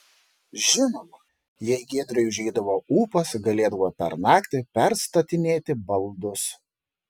žinoma jei giedriui užeidavo ūpas galėdavo per naktį perstatinėti baldus